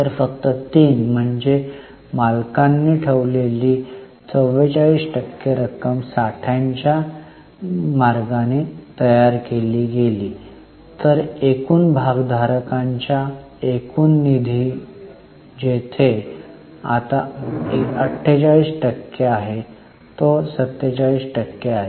तर फक्त 3 म्हणजे मालकांनी ठेवलेली 44 टक्के रक्कम साठ्यांच्या मार्गाने तयार केली गेली तर एकूण भागधारकांचा एकूण निधी जेथे आता 48 टक्के आहे तो 47 टक्के आहे